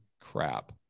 crap